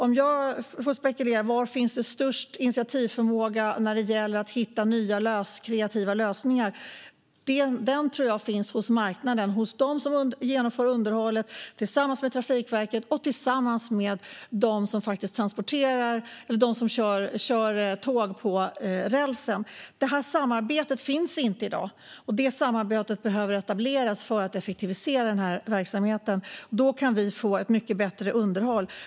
Om jag får spekulera: Var finns det störst initiativförmåga när det gäller att hitta nya kreativa lösningar? Den tror jag finns hos marknaden, hos dem som genomför underhållet tillsammans med Trafikverket och hos dem som kör tågen på rälsen. Ett sådant samarbete finns inte i dag, men det behöver etableras för att verksamheten ska effektiviseras. Då kan vi få ett mycket bättre underhåll.